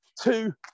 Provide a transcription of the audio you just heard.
two